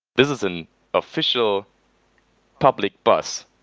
this is an official public bus.